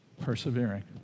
Persevering